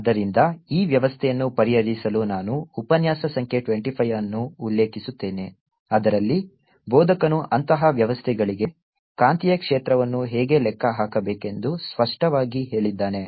ಆದ್ದರಿಂದ ಈ ವ್ಯವಸ್ಥೆಯನ್ನು ಪರಿಹರಿಸಲು ನಾನು ಉಪನ್ಯಾಸ ಸಂಖ್ಯೆ 25 ಅನ್ನು ಉಲ್ಲೇಖಿಸುತ್ತೇನೆ ಅದರಲ್ಲಿ ಬೋಧಕನು ಅಂತಹ ವ್ಯವಸ್ಥೆಗಳಿಗೆ ಕಾಂತೀಯ ಕ್ಷೇತ್ರವನ್ನು ಹೇಗೆ ಲೆಕ್ಕ ಹಾಕಬೇಕೆಂದು ಸ್ಪಷ್ಟವಾಗಿ ಹೇಳಿದ್ದಾನೆ